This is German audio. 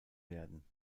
werden